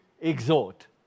exhort